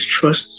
trust